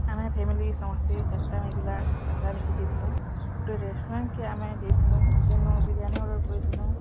ଆମେ ଫ୍ୟାମିଲି ସମସ୍ତେ ଚାରିଟା ପିଲା ଯାତ୍ରା ଦେଖି ଯାଇଥିଲୁଁ ଗୋଟେ ରେଷ୍ଟୁରାଣ୍ଟ୍ କେ ଆମେ ଯାଇଥିଲୁଁ ସେନୁ ବିରିଆନୀ ଅର୍ଡ଼ର୍ କରିଥିଲୁଁ